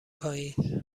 پایین